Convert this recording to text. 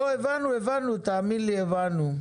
לא, הבנו, תאמין לי שהבנו.